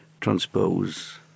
transpose